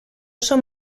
som